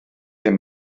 ddim